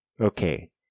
Okay